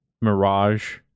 mirage